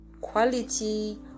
Quality